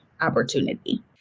opportunity